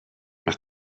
maar